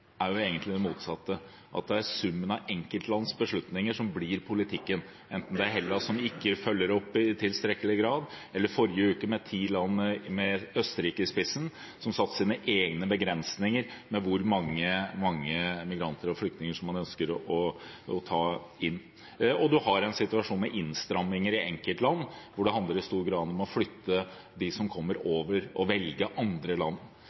er jo det som nå skjer, egentlig det motsatte. Det er summen av enkeltlands beslutninger som blir politikken, enten det er Hellas som ikke følger opp i tilstrekkelig grad, eller det som skjedde i forrige uke, da ti land, med Østerrike i spissen, satte sine egne begrensninger på hvor mange immigranter og flyktninger man ønsker å ta inn. Man har også en situasjon med innstramminger i enkeltland, hvor det i stor grad handler om å flytte dem som kommer over – og velge andre land.